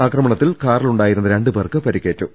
ആക്രമത്തിൽ കാറിലുണ്ടായിരുന്ന രണ്ട് പേർക്ക് പരിക്കേറ്റു